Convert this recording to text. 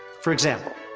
for example